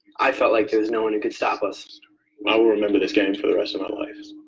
i felt like there's no one who could stop us i will remember this game for the rest of my life. the